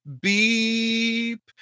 beep